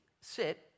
Sit